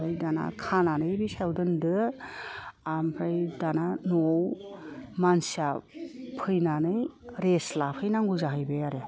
ओमफ्राय दाना खानानै बे सायायाव दोनदो ओमफ्राय दाना न'आव मानसिया फैनानै रेस्ट लाफैनांगौ जाहैबाय आरो